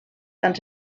tant